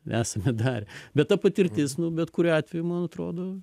esame darę bet ta patirtis nu bet kuriuo atveju man atrodo